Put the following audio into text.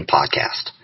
Podcast